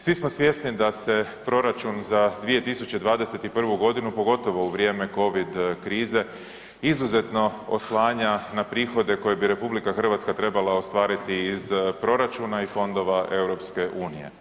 Svi smo svjesni da se proračun za 2021. godinu pogotovo u vrijeme Covvid krize izuzetno oslanja na prihode koje bi RH trebala ostvariti iz proračuna i fondova EU.